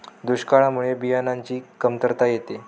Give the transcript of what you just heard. दुष्काळामुळे बियाणांची कमतरता येते